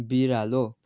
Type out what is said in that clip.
बिरालो